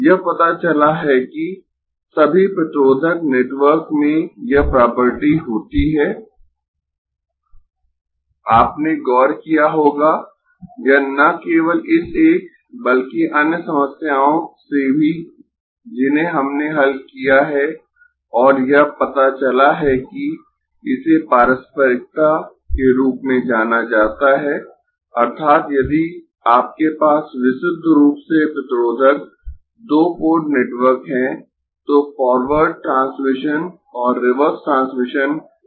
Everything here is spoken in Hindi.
यह पता चला है कि सभी प्रतिरोधक नेटवर्क में यह प्रॉपर्टी होती है आपने गौर किया होगा यह न केवल इस एक बल्कि अन्य समस्याओं से भी जिन्हें हमने हल किया है और यह पता चला है कि इसे पारस्परिकता के रूप में जाना जाता है अर्थात् यदि आपके पास विशुद्ध रूप से प्रतिरोधक दो पोर्ट नेटवर्क है तो फॉरवर्ड ट्रांसमिशन और रिवर्स ट्रांसमिशन निकटता से संबंधित है